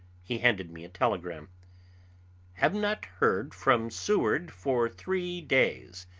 he handed me a telegram have not heard from seward for three days,